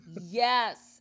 Yes